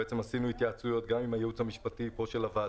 "לא ירשה לאחר" זה מונח מאוד